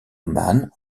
oman